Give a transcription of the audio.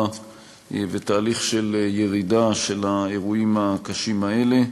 ותהליך של ירידה של האירועים הקשים האלה.